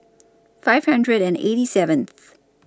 five hundred and eighty seventh